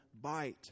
bite